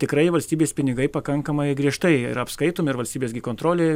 tikrai valstybės pinigai pakankamai griežtai apskaitomi ir valstybės gi kontrolė